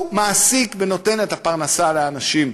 הוא מעסיק ונותן את הפרנסה לאנשים.